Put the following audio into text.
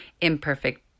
Imperfect